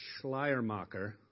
Schleiermacher